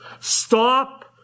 Stop